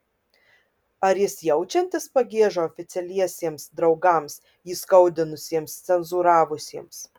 ar jis jaučiantis pagiežą oficialiesiems draugams jį įskaudinusiems cenzūravusiems